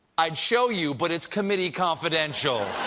i'd show you, but it's committee confidential.